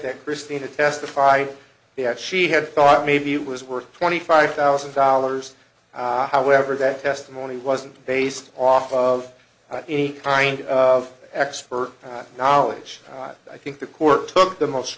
that christina testified the at she had thought maybe it was worth twenty five thousand dollars however that testimony wasn't based off of any kind of expert knowledge i think the court took the most